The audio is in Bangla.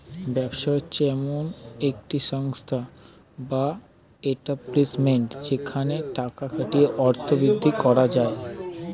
ব্যবসা হচ্ছে এমন একটি সংস্থা বা এস্টাব্লিশমেন্ট যেখানে টাকা খাটিয়ে অর্থ বৃদ্ধি করা যায়